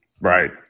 Right